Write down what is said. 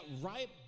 right